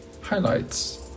Highlights